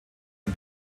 ein